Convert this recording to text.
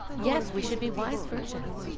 yes. we should be wise virgins.